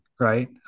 Right